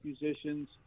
musicians